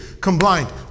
combined